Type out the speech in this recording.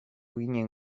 ginen